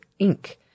Inc